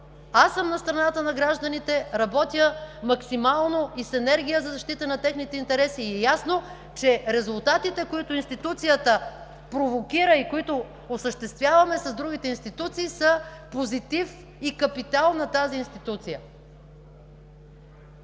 Аз съм на страната на гражданите, работя максимално и с енергия за защита на техните интереси и е ясно, че резултатите, които институцията провокира и осъществяваме с другите институции, са позитив и капитал на тази институция.